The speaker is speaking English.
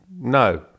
No